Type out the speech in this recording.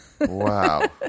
Wow